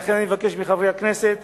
ולכן אני אבקש מחברי הכנסת